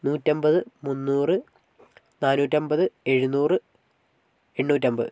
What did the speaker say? നൂറ്റമ്പത് മുന്നൂറ് നാനൂറ്റമ്പത് എഴുനൂറ് എണ്ണൂറ്റമ്പത്